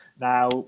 now